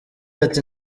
ati